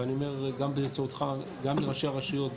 ואני אומר באמצעותך גם לראשי הרשויות,